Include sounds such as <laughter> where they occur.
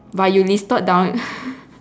but you listed down <laughs>